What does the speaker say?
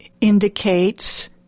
indicates